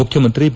ಮುಖ್ಣಮಂತ್ರಿ ಬಿ